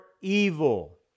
evil